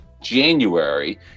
January